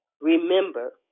Remember